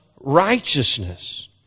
righteousness